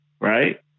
Right